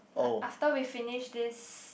like after we finish this